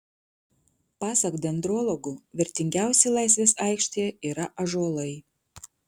pasak dendrologų vertingiausi laisvės aikštėje yra ąžuolai